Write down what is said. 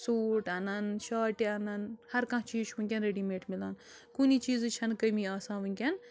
سوٗٹھ اَنن شاٹہِ اَنن ہر کانٛہہ چیٖز چھُ وٕنکٮ۪ن ریٚڈی میٹ مِلان کُنہِ چیٖزٕچ چھَنہٕ کٔمی آسان وٕنکٮ۪ن